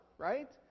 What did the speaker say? Right